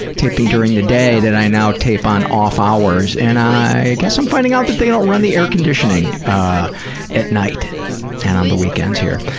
taping during the day, that i now tape on off hours, and i guess i'm finding out that they don't run the air conditioning at night and on the weekends here.